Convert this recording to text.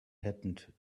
happened